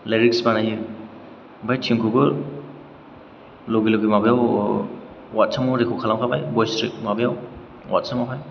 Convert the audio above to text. lyrics बानायो ओमफ्राय थिउनखौबो लगे लगे माबायाव वाथ्सआपाव रेकर्ड खालामो बय्स रेकर्ड माबायाव वाथ्सवेफाव